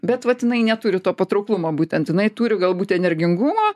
bet vat jinai neturi to patrauklumo būtent jinai turi galbūt energingumo